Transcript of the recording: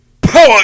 power